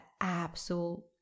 absolute